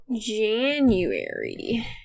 January